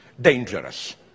dangerous